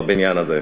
בבניין הזה.